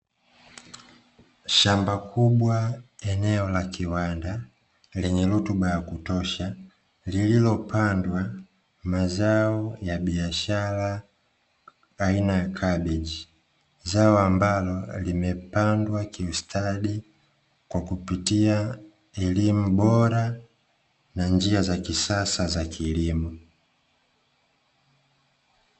Shamba kubwa eneo la kiwanda, lenye rutuba yakutosha, lililopandwa mazao ya biashara aina ya kabichi, zao ambalo limepandwa kiustadi kwa kupitia elimu bora na njia za kisasa za kilimo.